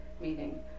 meeting